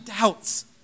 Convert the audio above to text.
doubts